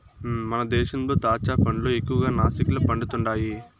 మన దేశంలో దాచ్చా పండ్లు ఎక్కువగా నాసిక్ల పండుతండాయి